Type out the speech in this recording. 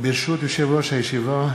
ברשות יושב-ראש הישיבה,